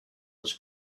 was